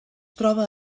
troba